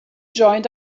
joined